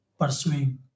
pursuing